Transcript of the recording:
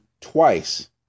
twice